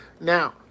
Now